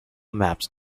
maps